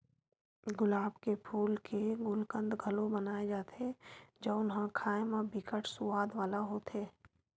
गुलाब के फूल के गुलकंद घलो बनाए जाथे जउन ह खाए म बिकट सुवाद वाला होथे